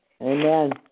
Amen